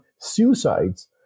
suicides